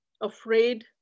afraid